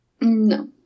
No